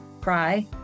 cry